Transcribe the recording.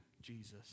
Jesus